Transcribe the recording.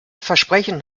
versprechen